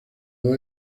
dos